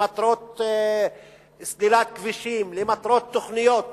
למטרות סלילת כבישים ולמטרת תוכניות